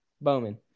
Bowman